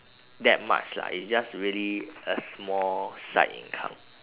that much lah it's just really a small side income